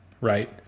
right